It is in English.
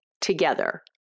together